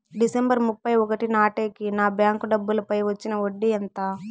December ముప్పై ఒకటి నాటేకి నా బ్యాంకు డబ్బుల పై వచ్చిన వడ్డీ ఎంత?